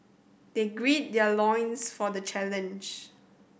they gird their loins for the challenge